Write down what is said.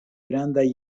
grandaj